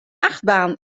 achtbaan